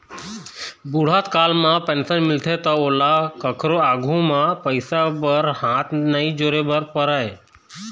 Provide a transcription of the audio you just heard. बूढ़त काल म पेंशन मिलथे त ओला कखरो आघु म पइसा बर हाथ नइ जोरे बर परय